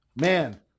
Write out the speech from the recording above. man